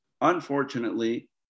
unfortunately